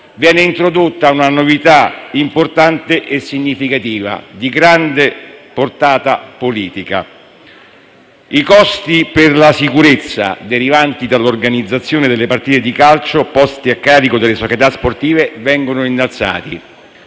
viene introdotta una novità importante e significativa, di grande portata politica: i costi per la sicurezza derivanti dall'organizzazione delle partite di calcio posti a carico delle società sportive vengono innalzati.